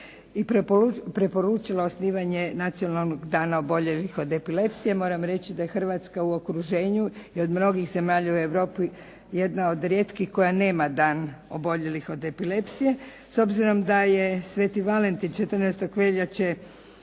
i preporučila osnivanje Nacionalnog dana oboljelih od epilepsije. Moram reći da je Hrvatska u okruženju i od mnogih zemalja u Europi jedna od rijetkih koja nema dan oboljelih od epilepsije s obzirom da je sveti Valentin 14. veljače